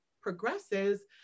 progresses